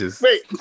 Wait